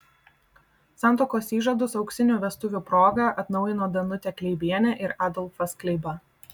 santuokos įžadus auksinių vestuvių proga atnaujino danutė kleibienė ir adolfas kleiba